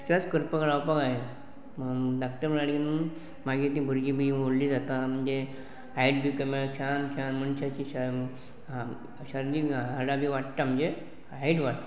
exercise करपाक लावपाक जायो धाकटे म्हणटरीर न्हय मागीर तीं भुरगीं बी व्हडली जाता म्हणजे हायट बी कमी छान छान मनशाची शारिरीक हाडां बी वाडटा म्हणजे हायट वाडटा